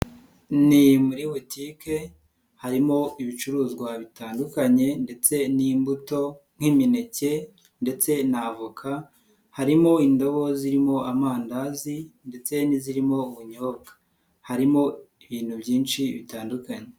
Ni muri butike harimo ibicuruzwa bitandukanye ndetse n'imbuto nk'imineke ndetse na avoka, harimo indobo zirimo amandazi ndetse n'izirimo ubunyobwa, harimo ibintu byinshi bitandukanye.